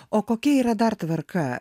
o kokia yra dar tvarka